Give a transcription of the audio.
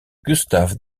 gustaf